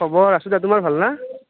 খবৰ আছোঁ দে তোমাৰ ভালনে